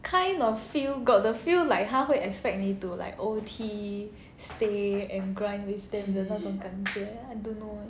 kind of feel got the feel like 他会 expect 你 to like O_T stay and grind with them 的那种感觉 then I don't know